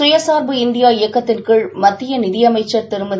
சுயசார்பு இந்தியா இயக்கத்தின் கீழ் மத்திய நிதியமைச்சர் திருமதி